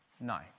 No